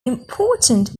important